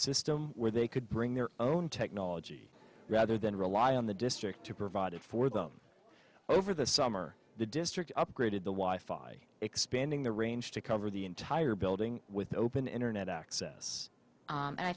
system where they could bring their own technology rather than rely on the district to provide it for them over the summer the district upgraded the wife by expanding the range to cover the entire building with open internet access and i